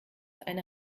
eine